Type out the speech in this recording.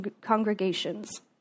congregations